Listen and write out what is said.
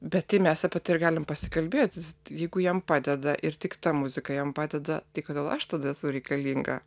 bet tai mes apie tai ir galim pasikalbėt jeigu jiem padeda ir tik ta muzika jam padeda tai kodėl aš tada esu reikalinga